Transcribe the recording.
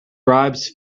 bribes